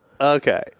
Okay